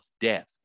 death